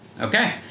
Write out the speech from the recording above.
Okay